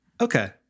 Okay